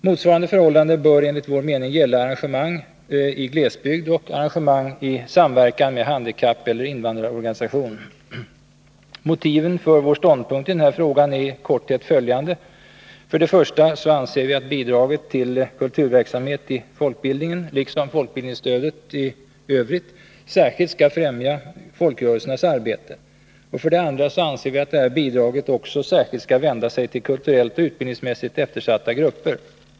Motsvarande förhållande bör enligt vår mening gälla arrangemang i glesbygd och arrangemang i samverkan med handikappeller invandrarorganisation. Motiven för vår ståndpunkt i den här frågan är i korthet följande: 1. Vi anser att bidraget till kulturverksamhet i folkbildningen — liksom folkbildningsstödet i övrigt — särskilt skall främja folkrörelsernas arbete. 2. Vi anser att detta bidrag också särskilt skall vända sig till kulturellt och utbildningsmässigt eftersatta grupper.